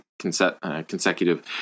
consecutive